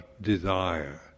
desire